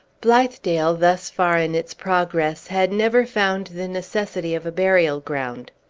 blithedale, thus far in its progress, had never found the necessity of a burial-ground.